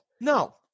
No